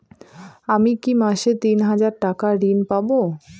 আমি কি মাসে তিন হাজার টাকার ঋণ পাবো?